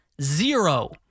zero